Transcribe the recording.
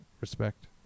respect